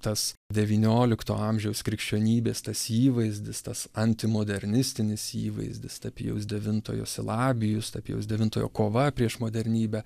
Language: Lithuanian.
tas devyniolikto amžiaus krikščionybės tas įvaizdis tas antimodernistinis įvaizdis ta pijaus devintojo silabijus pijaus devintojo kova prieš modernybę